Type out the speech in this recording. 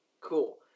Cool